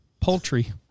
poultry